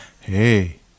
Hey